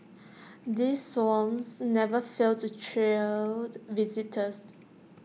these swans never fail to thrill visitors